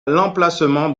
l’emplacement